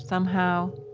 somehow,